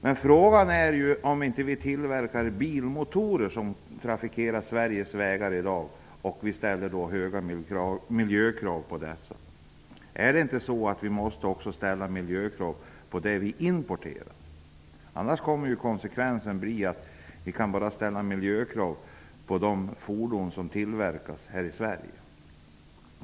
Men frågan är om vi inte tillverkar motorer till de bilar som i dag trafikerar svenska vägar och som vi ställer höga miljökrav på. Måste vi inte ställa miljökrav också på importen? Om vi inte gör det blir konsekvensen att vi bara kan ställa miljökrav på fordon som tillverkas här i Sverige.